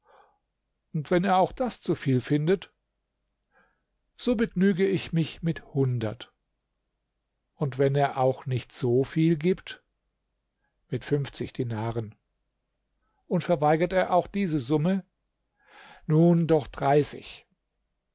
fünfhundert wenn er auch das zu viel findet so begnüge ich mich mit hundert und wenn er auch nicht so viel gibt mit fünfzig dinaren und verweigert er auch diese summe nun doch dreißig